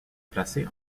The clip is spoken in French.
placés